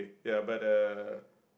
ya but uh